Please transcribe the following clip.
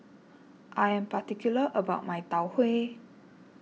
I am particular about my Tau Huay